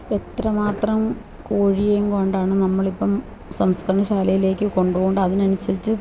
എത്രമാത്രം കോഴിയെയും കൊണ്ടാണ് നമ്മളിപ്പം സംസ്കരണ ശാലയിലേക്കു കൊണ്ടുപോകേണ്ടത് അതിനനുസരിച്ച്